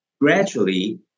gradually